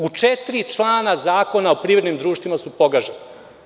U četiri člana Zakona o privrednim društvima su pogažena.